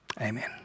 Amen